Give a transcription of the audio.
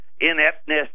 ineptness